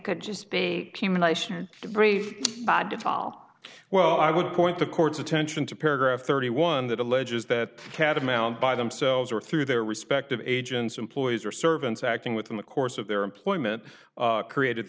could just be a brief dettol well i would point the court's attention to paragraph thirty one that alleges that catamount by themselves or through their respective agents employees or servants acting within the course of their employment created